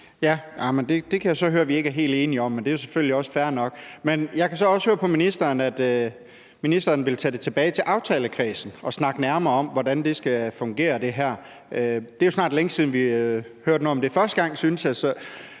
Det kan jeg så høre at vi ikke er helt enige om, men det er selvfølgelig fair nok. Men jeg kan så også høre på ministeren, at ministeren vil tage det tilbage til aftalekredsen og snakke nærmere om, hvordan det her skal fungere. Det er jo snart længe siden, vi hørte noget om det første gang, synes jeg.